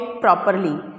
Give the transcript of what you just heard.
properly